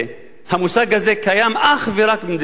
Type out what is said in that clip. המושג הזה קיים אך ורק במדינת ישראל.